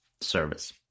service